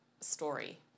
story